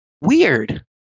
weird